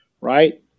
right